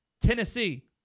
Tennessee